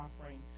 offering